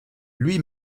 lui